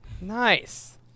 Nice